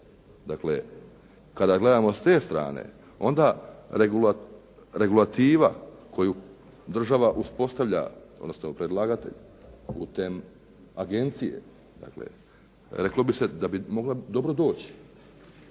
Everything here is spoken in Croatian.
Dakle kada gledamo s te strane onda regulativa koju država uspostavlja odnosno predlagatelj putem agencije dakle reklo bi se da bi mogla dobro doći.